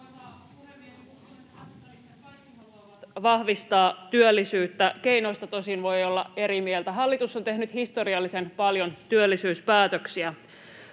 kaikki haluavat vahvistaa työllisyyttä, keinoista tosin voi olla eri mieltä. Hallitus on tehnyt historiallisen paljon työllisyyspäätöksiä.